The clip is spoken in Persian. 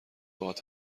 باهات